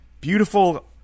Beautiful